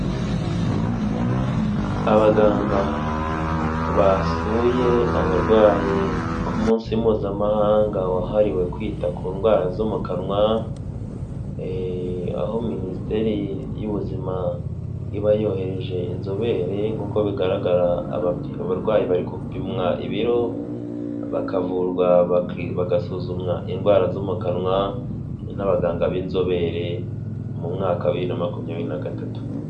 Abaganga basuye abarwayi ku munsi mpuzamahanga wahariwe kwita ku ndwara zo mu kanwa, aho Minisiteri y'Ubuzima iba yohereje inzobere nk'uko bigaragara abarwayi bari gupimwa ibiro, bakavurwa, bagasuzumwa indwara zo mu kanwa hari n'abaganga b'inzobere, mu mwaka wa bibiri na makumyabiri na gatatu.